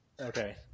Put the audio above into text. Okay